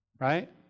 Right